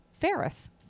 Ferris